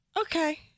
Okay